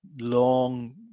Long